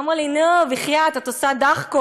אמרו לי: נו, בחייאת, את עושה דאחקות.